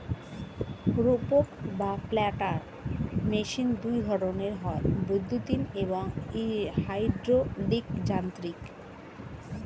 রোপক বা planter machine দুই ধরনের হয়, বৈদ্যুতিন এবং হাইড্রলিক যান্ত্রিক